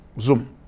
Zoom